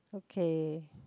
okay